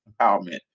empowerment